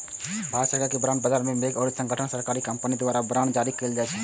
भारतक बांड बाजार मे पैघ निजी संगठन आ सरकारी कंपनी द्वारा बांड जारी कैल जाइ छै